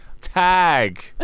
tag